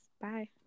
Bye